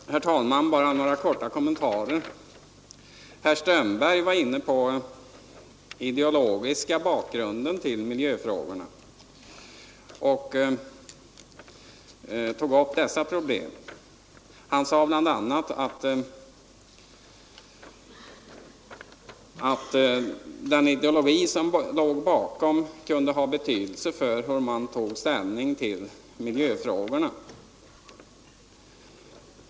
Onsdagen den Herr talman! Jag vill bara göra några korta kommentarer. Herr 22 november 1972 Strömberg var inne på den ideologiska bakgrunden till miljöfrågorna och sa I —— tog upp de problemen. Han sade bl.a. att den ideologi som låg bakom MUTCKrgReR kunde ha betydelse för hur man tog ställning till mi tiken, m.m. jöfrågorna.